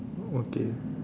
okay